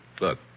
Look